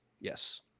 yes